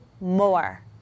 more